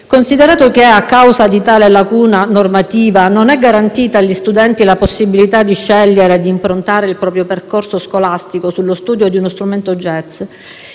considerato che: a causa di tale lacuna normativa, non è garantita agli studenti la possibilità di scegliere di improntare il proprio percorso scolastico sullo studio di uno strumento